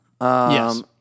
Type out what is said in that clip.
Yes